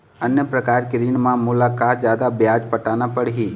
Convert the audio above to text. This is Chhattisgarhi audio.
अन्य प्रकार के ऋण म मोला का जादा ब्याज पटाना पड़ही?